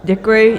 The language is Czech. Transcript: Děkuji.